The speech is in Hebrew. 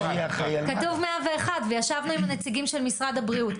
כתוב 101 וישבנו עם הנציגים של משרד הבריאות,